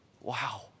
wow